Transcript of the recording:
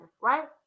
right